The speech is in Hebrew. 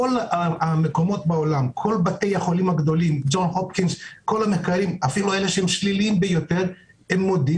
כל המחקרים הגדולים, אפילו השליליים ביותר, מודים